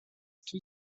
two